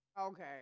Okay